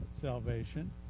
salvation